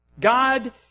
God